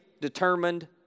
determined